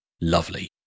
lovely